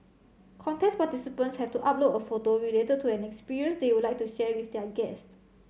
contest participants have to upload a photo related to an experience they would like to share with their guest